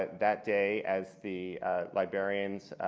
that day, as the librarians